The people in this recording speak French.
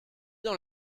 dans